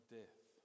death